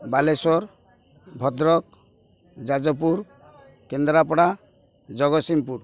Balasore Bhadrak Jajpur Kendrapara Jagatsinghpur